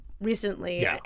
Recently